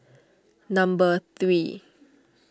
number three